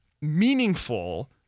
meaningful